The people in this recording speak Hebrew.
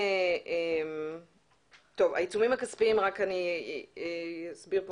העיצומים הכספיים אני אסביר,